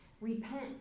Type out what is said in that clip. Repent